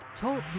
Talk